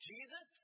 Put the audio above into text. Jesus